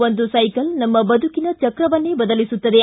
ಒಂದು ಸೈಕಲ್ ನಮ್ಮ ಬದುಕಿನ ಚಕ್ರವನ್ನೇ ಬದಲಿಸುತ್ತದೆ